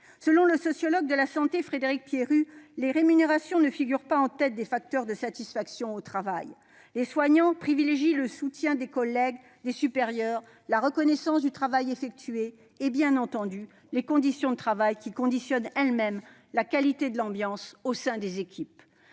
Selon le sociologue de la santé Frédéric Pierru, les rémunérations ne figurent pas en tête des facteurs de satisfaction au travail : les soignants privilégient le soutien des collègues, des supérieurs, la reconnaissance du travail effectué et, bien entendu, les conditions de travail, qui déterminent la qualité de l'ambiance au sein des équipes.